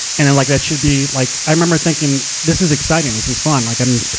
and i'm like, that should be, like, i remember thinking, this is exciting. this is fun. like, i'm,